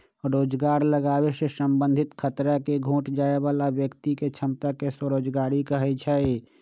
रोजगार लागाबे से संबंधित खतरा के घोट जाय बला व्यक्ति के क्षमता के स्वरोजगारी कहै छइ